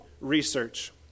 Research